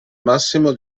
massimo